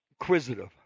inquisitive